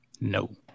no